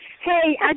Hey